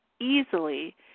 easily